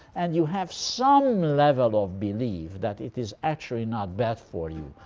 and you have some level of belief that it is actually not bad for you,